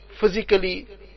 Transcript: physically